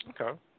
Okay